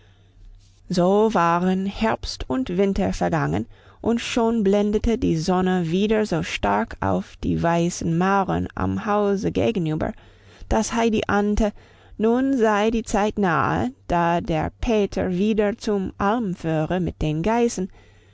so waren herbst und winter vergangen und schon blendete die sonne wieder so stark auf die weißen mauern am hause gegenüber dass heidi ahnte nun sei die zeit nahe da der peter wieder zur alm führe mit den geißen